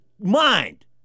mind